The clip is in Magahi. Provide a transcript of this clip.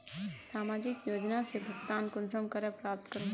सामाजिक योजना से भुगतान कुंसम करे प्राप्त करूम?